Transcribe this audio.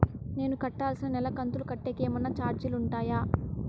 నేను కట్టాల్సిన నెల కంతులు కట్టేకి ఏమన్నా చార్జీలు ఉంటాయా?